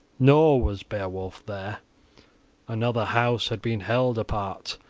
nor was beowulf there another house had been held apart,